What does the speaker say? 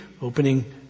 opening